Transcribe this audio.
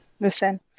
listen